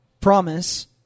promise